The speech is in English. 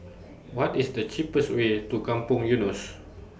What IS The cheapest Way to Kampong Eunos